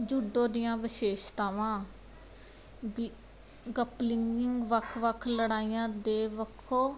judo ਦੀਆਂ ਵਿਸ਼ੇਸ਼ਤਾਵਾਂ grappling ਵੱਖ ਵੱਖ ਲੜਾਈਆਂ ਦੇ ਵੱਖੋ